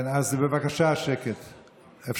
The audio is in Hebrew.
מבקשים שקט שם, בבקשה.